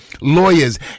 lawyers